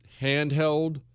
handheld